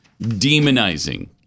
demonizing